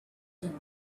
din